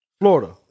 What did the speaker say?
Florida